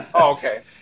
okay